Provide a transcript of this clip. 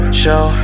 show